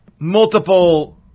Multiple